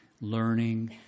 learning